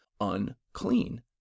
unclean